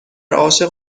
عاشق